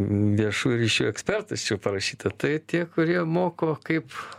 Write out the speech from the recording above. viešųjų ryšių ekspertas čia parašyta tai tie kurie moko kaip